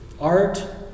Art